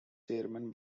chairman